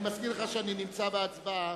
אני מזכיר לך שאני נמצא בהצבעה.